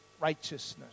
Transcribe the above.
righteousness